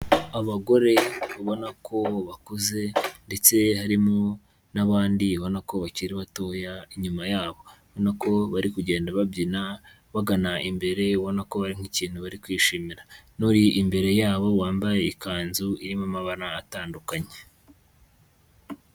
Abagore ubona ko bakuze, ndetse harimo n'abandi ubona ko bakiri batoya inyuma yabo. Ubona ko bari kugenda babyina bagana imbere, ubona ko hari nk'ikintu bari kwishimira. N'uri imbere yabo wambaye ikanzu irimo amabara atandukanye.